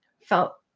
felt